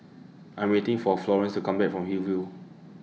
I'm waiting For Florence to Come Back from Hillview